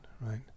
right